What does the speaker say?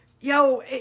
yo